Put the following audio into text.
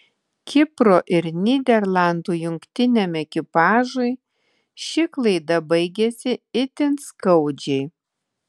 kipro ir nyderlandų jungtiniam ekipažui ši klaida baigėsi itin skaudžiai